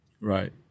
Right